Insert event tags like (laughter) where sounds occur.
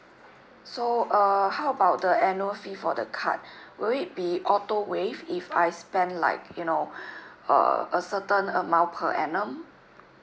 so uh how about the annual fee for the card (breath) will it be auto waived if I spend like you know (breath) uh a certain amount per annum